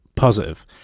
Positive